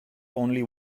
only